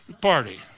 party